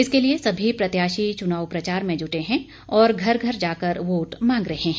इसके लिए सभी प्रत्याशी चुनाव प्रचार में जुटे हैं और घर घर जाकर वोट मांग रहे हैं